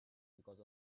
because